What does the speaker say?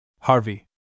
Harvey